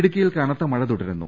ഇടുക്കിയിൽ കനത്ത മഴ തുടരുന്നു